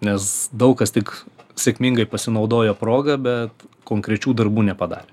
nes daug kas tik sėkmingai pasinaudojo proga bet konkrečių darbų nepadarė